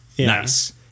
nice